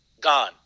gone